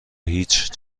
هیچ